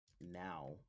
now